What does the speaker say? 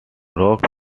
rock